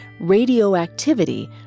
radioactivity